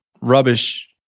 rubbish